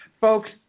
folks